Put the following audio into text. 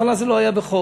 בהתחלה זה לא היה בחוק,